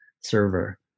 server